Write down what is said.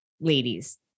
Ladies